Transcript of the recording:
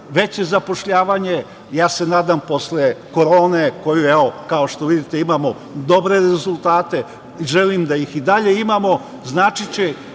veće zapošljavanje, nadam se posle korone, kao što vidite imamo dobre rezultate i želim da ih i dalje imamo, značiće